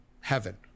Heaven